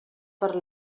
per